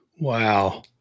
wow